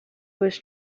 was